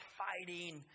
fighting